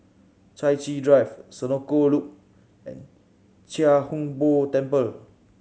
Chai Chee Drive Senoko Loop and Chia Hung Boo Temple